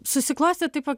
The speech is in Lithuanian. susiklostė taip va